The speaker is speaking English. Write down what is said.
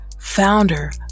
founder